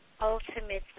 ultimately